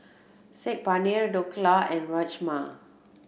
Saag Paneer Dhokla and Rajma